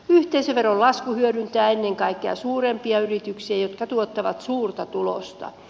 yhteisöveron lasku hyödyttää ennen kaikkea suurempia yrityksiä jotka tuottavat suurta tulosta